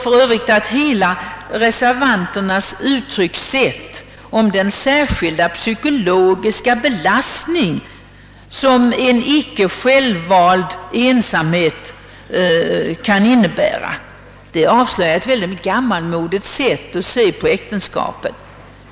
För övrigt tycker jag att reservanternas uttryckssätt om den särskilda psykologiska belastning, som en icke självvald ensamhet kan innebära, avslöjar ett gammalmodigt sätt att se på äktenskapet.